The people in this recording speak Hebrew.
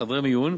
חדרי מיון,